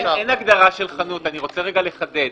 אני רוצה לחדד.